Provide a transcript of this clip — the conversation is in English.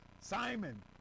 Simon